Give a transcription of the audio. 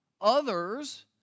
others